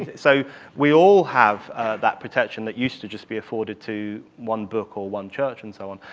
so we all have that protection that used to just be afforded to one book or one church and so on.